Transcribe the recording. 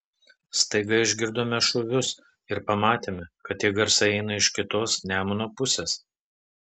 staiga išgirdome šūvius ir pamatėme kad tie garsai eina iš kitos nemuno pusės